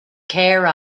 care